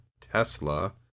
Tesla